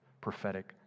prophetic